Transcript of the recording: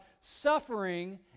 suffering